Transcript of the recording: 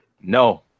No